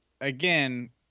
again